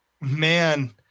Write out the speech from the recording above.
man